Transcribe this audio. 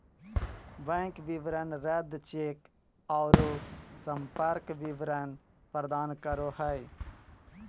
bank विवरण रद्द cheque औरो संपर्क विवरण प्रदान करो हइ